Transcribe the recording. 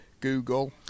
Google